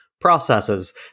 processes